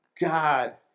God